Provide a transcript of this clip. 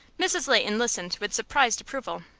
mrs. leighton listened with surprised approval.